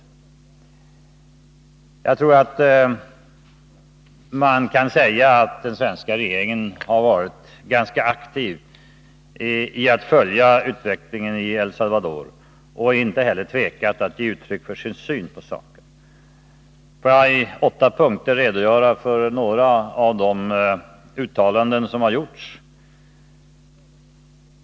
Jag tror att man kan säga att den svenska regeringen varit aktiv när det gällt att följa utvecklingen i El Salvador och inte heller tvekat att ge uttryck för sin syn på saken. Får jag i några punkter redogöra för en del av de uttalanden som gjorts.